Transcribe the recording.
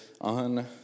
on